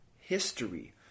history